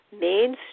main